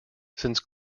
since